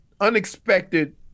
unexpected